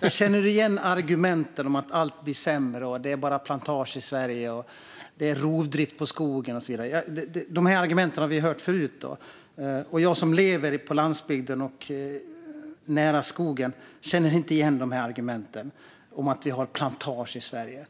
Jag känner igen argumenten om att allt blir sämre, att det bara är plantager i Sverige, att det är rovdrift på skogen och så vidare. Vi har hört de här argumenten förut. Men jag som lever på landsbygden och nära skogen känner inte igen beskrivningen av att vi har plantager i Sverige.